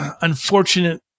unfortunate